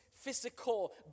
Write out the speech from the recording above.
physical